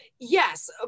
Yes